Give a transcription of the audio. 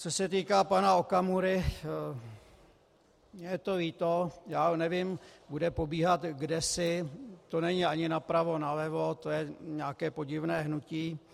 Co se týká pana Okamury, mně je to líto, já nevím, bude pobíhat kdesi, to není ani napravo, ani nalevo, to je nějaké podivné hnutí.